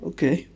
Okay